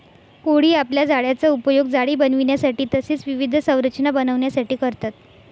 कोळी आपल्या जाळ्याचा उपयोग जाळी बनविण्यासाठी तसेच विविध संरचना बनविण्यासाठी करतात